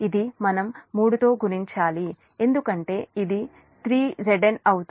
ఇది మనం 3 గుణించాలి ఎందుకంటే ఇది 3Zn అవుతుంది